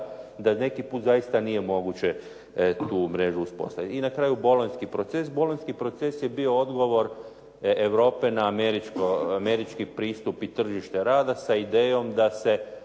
da neki puta zaista nije moguće tu mrežu uspostaviti. I na kraju Bolonjski proces. Bolonjski proces je bio odgovor Europe na američki pristup i tržište rada sa idejom da se